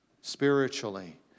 spiritually